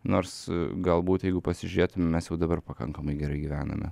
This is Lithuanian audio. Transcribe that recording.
nors galbūt jeigu pasižiūrėtume mes jau dabar pakankamai gerai gyvename